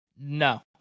No